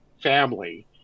family